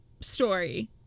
story